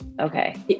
Okay